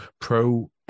pro